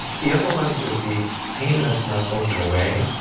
the other one would be pain that is not going away,